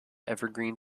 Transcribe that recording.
evergreen